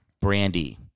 Brandy